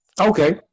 okay